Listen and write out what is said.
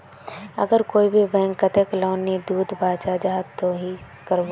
अगर कोई भी बैंक कतेक लोन नी दूध बा चाँ जाहा ते ती की करबो?